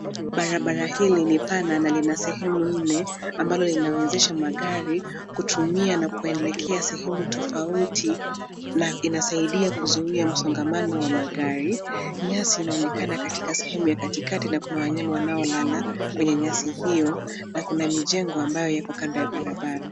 Barabara hili ni pana na lina sehemu nne ambalo linawezesha magari kutumia na kuelekea sehemu tofauti na inasaidia kuzuia msongamano wa magari. Nyasi inaonekana katika sehemu ya katikati na kuna wanyama wanaolala kwenye nyasi hiyo na kuna mijengo ambayo iko kando ya barabara.